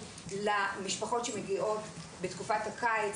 למשפחות שמגיעות לנפוש בתקופת הקיץ.